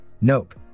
Nope